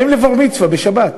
באים לבר-מצווה בשבת,